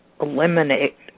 eliminate